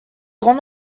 grand